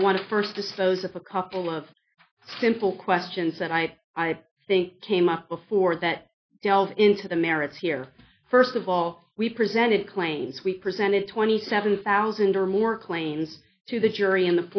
i want to first dispose of a couple of simple questions that i think came up before that delve into the merits here first of all we presented claims we presented twenty seven thousand or more claims to the jury in the